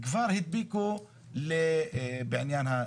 הדביקו בעניין.